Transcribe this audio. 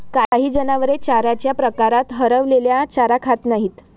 काही जनावरे चाऱ्याच्या प्रकारात हरवलेला चारा खात नाहीत